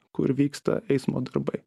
kur vyksta eismo darbai